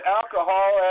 alcohol